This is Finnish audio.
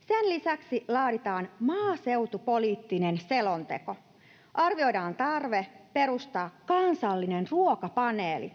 Sen lisäksi laaditaan maaseutupoliittinen selonteko, arvioidaan tarve perustaa kansallinen ruokapaneeli